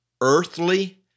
earthly